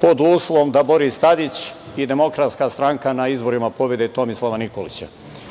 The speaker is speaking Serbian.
pod uslovom da Boris Tadić i DS na izborima pobede Tomislava Nikolića.